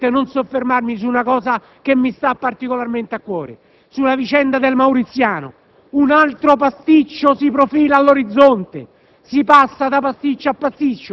Non posso però, signor Presidente, non soffermarmi su un aspetto che mi sta particolarmente a cuore: sulla vicenda dell'Ordine mauriziano. Un altro pasticcio si profila all'orizzonte: